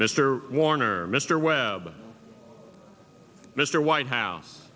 mr warner mr weber mr white house